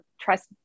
trust